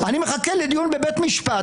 אני מחכה לדיון בבית משפט,